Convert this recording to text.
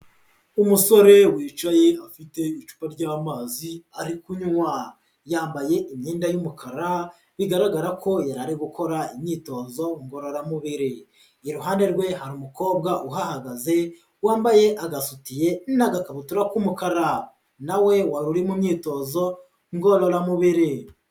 Umusore wicaye afite icupa ryamazi ari kunywa. Yambaye imyenda y'umukara bigaragara ko yari gukora imyitozo ngororamubiri, iruhande rwe hari umukobwa uhahagaze wambaye agasutiye n'agakabutura k'umukara nawe wari uri mu myitozo ngororamubiri.